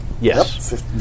Yes